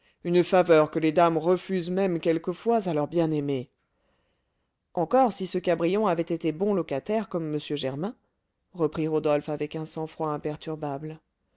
une faveur que les dames refusent même quelquefois à leur bien-aimé encore si ce cabrion avait été bon locataire comme m germain reprit rodolphe avec un sang-froid imperturbable